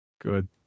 Good